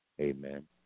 Amen